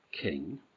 king